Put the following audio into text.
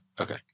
Okay